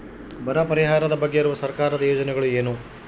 ಬರ ಪರಿಹಾರದ ಬಗ್ಗೆ ಇರುವ ಸರ್ಕಾರದ ಯೋಜನೆಗಳು ಏನು?